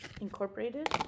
incorporated